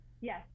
Yes